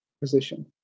position